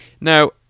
Now